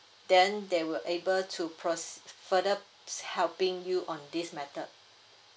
then they will able to pros further helping you on this matter